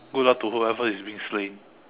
good luck to whoever is being slained